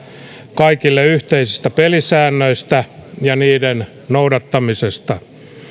kaikille yhteisistä pelisäännöistä ja niiden noudattamisesta